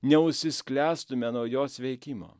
neužsisklęstume nuo jos veikimo